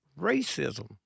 racism